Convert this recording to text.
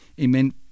Amen